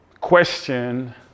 question